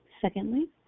Secondly